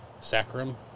sacrum